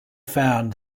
found